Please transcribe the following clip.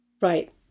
Right